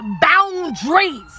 boundaries